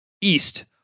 east